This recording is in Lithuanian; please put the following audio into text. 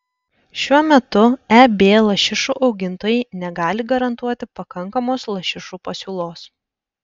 šiuo metu eb lašišų augintojai negali garantuoti pakankamos lašišų pasiūlos